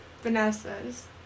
Vanessa's